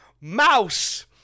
Mouse